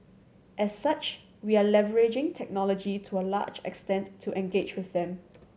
as such we are leveraging technology to a large extent to engage with them